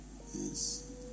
Yes